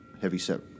heavy-set